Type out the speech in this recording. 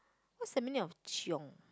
what's the meaning of chiong